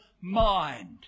mind